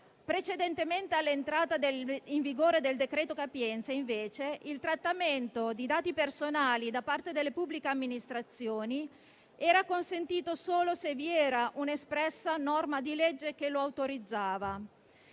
Precedentemente all'entrata in vigore del decreto-legge capienze, invece, il trattamento di dati personali da parte delle pubbliche amministrazioni era consentito solo se vi era un espressa norma di legge che lo autorizzava.